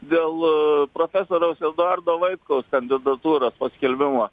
dėl profesoriaus eduardo vaitkaus kandidatūros paskelbimo